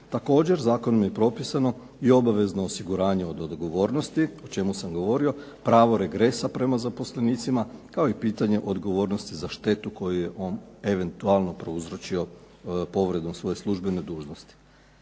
Također zakonom je propisano i obavezno osiguranje od odgovornosti o čemu sam govorio, pravo regresa prema zaposlenicima, kao i pitanje odgovornosti za štetu koju je on eventualno prouzročio povredom svoje službene dužnosti.